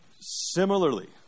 Similarly